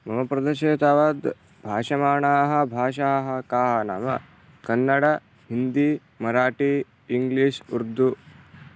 मम प्रदेशे तावत् भाषमाणाः भाषाः काः नाम कन्नड हिन्दी मराठी इङ्ग्लीश् उर्दु